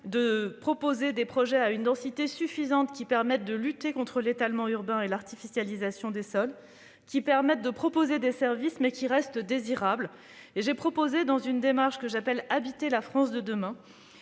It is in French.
de proposer des projets de densité suffisante qui permettent de lutter contre l'étalement urbain et l'artificialisation des sols et d'inclure des services, tout en restant désirables. C'est pourquoi, dans une démarche que j'appelle « Habiter la France de demain